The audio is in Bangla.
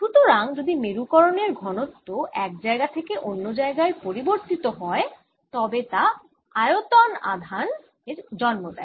সুতরাং যদি মেরুকরণের ঘনত্ব এক জায়গা থেকে অন্য জায়গায় পরিবর্তিত হয় তবে তা আয়তন আধান এর জন্ম দেয়